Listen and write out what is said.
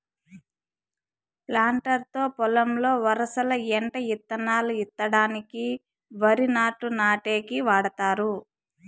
planter తో పొలంలో వరసల ఎంట ఇత్తనాలు ఇత్తడానికి, వరి నాట్లు నాటేకి వాడతారు